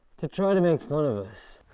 to try to make fun of us.